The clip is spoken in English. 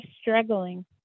struggling